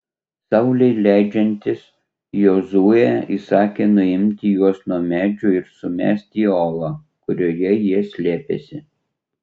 saulei leidžiantis jozuė įsakė nuimti juos nuo medžių ir sumesti į olą kurioje jie slėpėsi